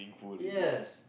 yes